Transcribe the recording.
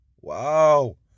Wow